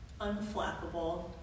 unflappable